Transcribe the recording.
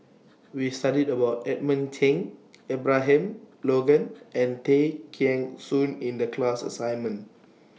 We studied about Edmund Cheng Abraham Logan and Tay Kheng Soon in The class assignment